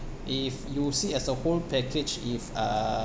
if you see as a whole package if uh